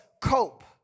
cope